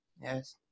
Yes